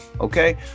okay